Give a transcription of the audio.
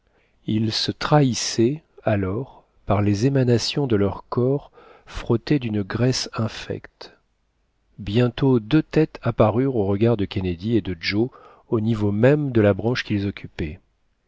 ils se trahissaient alors par les émanations de leurs corps frottés d'une graisse infecte bientôt deux têtes apparurent aux regards de kennedy et de joe au niveau même de la branche qu'ils occupaient